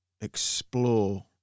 explore